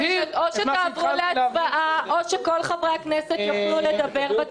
או נעבור להצבעה או כל חברי הכנסת יוכל לדבר בדיון הזה.